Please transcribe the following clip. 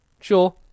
sure